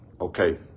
Okay